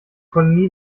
kolonie